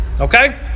okay